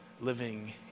living